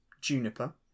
juniper